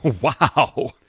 Wow